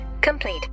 complete